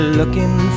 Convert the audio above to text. looking